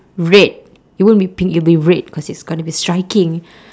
red it won't be pink it will be red because it's got to be striking